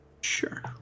Sure